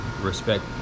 respect